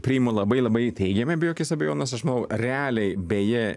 priimu labai labai teigiamai be jokios abejonės aš manau realiai beje